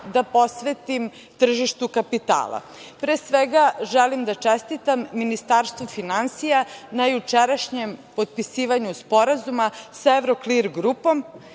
da posvetim tržištu kapitala. Pre svega, želim da čestitam Ministarstvu finansija na jučerašnjem potpisivanju Sporazuma sa Evroklir grupom.